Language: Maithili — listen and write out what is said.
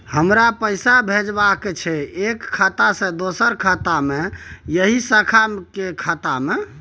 हमरा पैसा भेजबाक छै एक खाता से दोसर खाता मे एहि शाखा के खाता मे?